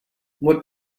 what